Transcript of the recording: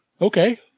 okay